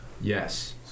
Yes